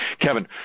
Kevin